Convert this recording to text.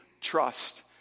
trust